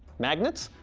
magnets?